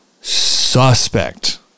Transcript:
suspect